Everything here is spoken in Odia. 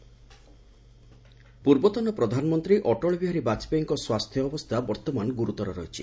ପିଏମ୍ ବାଜପେୟୀ ପୂର୍ବତନ ପ୍ରଧାନମନ୍ତ୍ରୀ ଅଟଳ ବିହାରୀ ବାଜପେୟୀଙ୍କ ସ୍ୱାସ୍ଥ୍ୟାବସ୍ଥା ବର୍ତ୍ତମାନ ଗୁରୁତର ରହିଛି